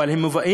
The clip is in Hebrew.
אבל הם מובאים,